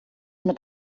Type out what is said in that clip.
mit